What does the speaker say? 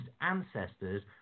ancestors